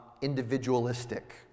individualistic